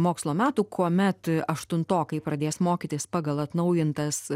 mokslo metų kuomet aštuntokai pradės mokytis pagal atnaujintas